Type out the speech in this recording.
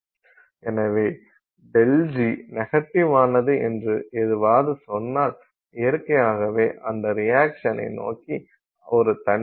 எனவே ΔG நெகட்டிவானது என்று ஏதாவது சொன்னால் இயற்கையாகவே அந்த ரியாக்சனை நோக்கி ஒரு தன்னிச்சையான உந்துதல் இருப்பதை நாம் அறிவோம்